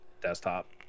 desktop